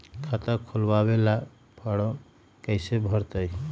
खाता खोलबाबे ला फरम कैसे भरतई?